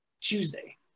Tuesday